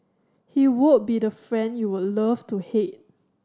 he would be the friend you would love to hate